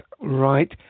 right